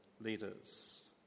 leaders